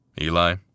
Eli